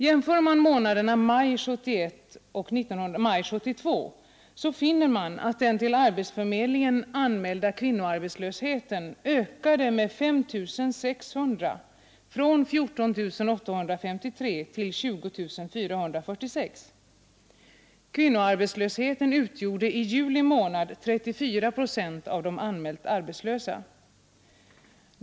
Jämför man månaderna maj 1971 och maj 1972 finner man, att den vid arbetsförmedlingen anmälda kvinnoarbetslösheten ökade med ca 5 600 från 14853 till 20 446. Kvinnoarbetslösheten utgjorde i juli månad 34 procent av de anmälda arbetslösa.